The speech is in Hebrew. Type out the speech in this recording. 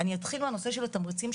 אני אתחיל מהנושא של התמריצים,